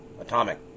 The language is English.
Atomic